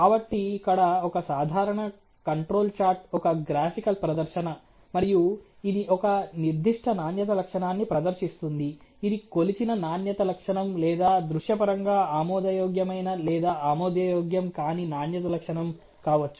కాబట్టి ఇక్కడ ఒక సాధారణ కంట్రోల్ చార్ట్ ఒక గ్రాఫికల్ ప్రదర్శన మరియు ఇది ఒక నిర్దిష్ట నాణ్యత లక్షణాన్ని ప్రదర్శిస్తుంది ఇది కొలిచిన నాణ్యత లక్షణం లేదా దృశ్యపరంగా ఆమోదయోగ్యమైన లేదా ఆమోదయోగ్యం కాని నాణ్యత లక్షణం కావచ్చు